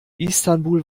istanbul